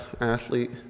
athlete